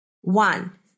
One